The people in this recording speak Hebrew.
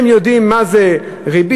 הם יודעים מה זה ריבית,